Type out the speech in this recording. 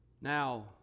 Now